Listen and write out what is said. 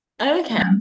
okay